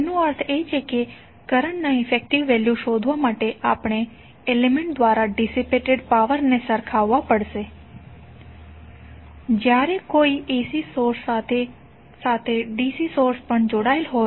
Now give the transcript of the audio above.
તેનો અર્થ એ છે કે કરંટના ઇફેકટીવ વેલ્યુ શોધવા માટે આપણે એલિમેન્ટ્ દ્વારા ડીસીપેટેડ પાવરને સરખાવવા પડશે જ્યારે કોઈ AC સોર્સ સાથે સાથે DC સોર્સ પણ જોડાયેલ હોય